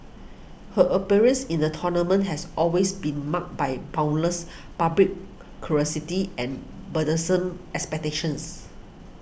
her appearance in the tournament has always been marked by boundless public curiosity and burdensome expectations